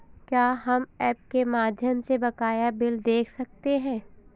क्या हम ऐप के माध्यम से बकाया बिल देख सकते हैं?